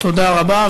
תודה רבה,